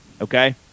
Okay